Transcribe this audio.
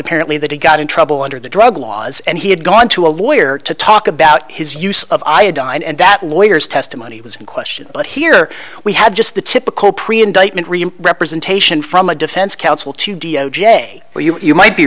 apparently that he got in trouble under the drug laws and he had gone to a lawyer to talk about his use of iodine and that lawyers testimony was in question but here we had just the typical pre indictment representation from a defense counsel to d o j where you might be